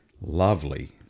Lovely